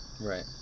Right